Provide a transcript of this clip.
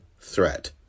threat